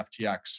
FTX